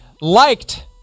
liked